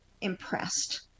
impressed